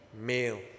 male